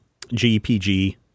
gpg